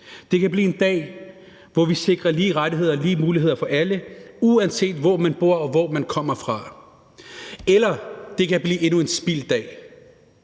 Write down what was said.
Det kan blive en dag, hvor vi sikrer lige rettigheder og lige muligheder for alle, uanset hvor man bor og hvor man kommer fra. Eller det kan blive endnu en spildt dag,